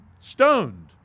stoned